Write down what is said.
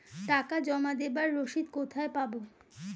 টাকা জমা দেবার রসিদ কোথায় পাব?